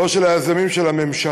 לא של היוזמים, של הממשלה.